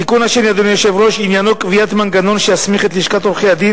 התיקון השני עניינו קביעת מנגנון שיסמיך את לשכת עורכי-הדין